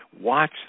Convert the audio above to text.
watch